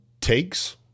takes